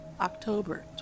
October